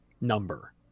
number